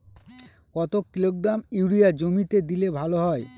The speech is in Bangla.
কত কিলোগ্রাম ইউরিয়া জমিতে দিলে ভালো হয়?